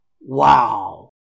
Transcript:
Wow